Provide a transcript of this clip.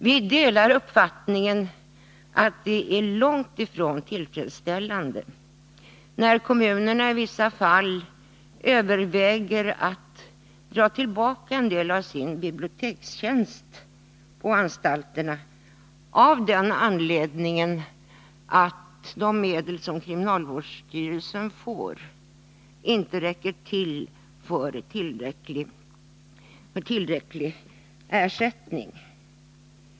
Vi delar uppfattningen att det är långt ifrån tillfredsställande att kommunerna i vissa fall överväger att dra tillbaka en del av sin bibliotekstjänst på anstalterna. Skälet till övervägandena är att de medel som kriminalvårdsstyrelsen får inte utgör tillräcklig ersättning.